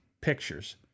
pictures